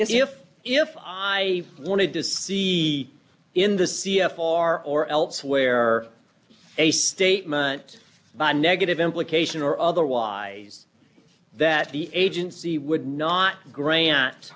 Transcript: if if i wanted to see in the c f r or elsewhere a statement by negative implication or otherwise that the agency would not grant